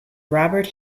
robert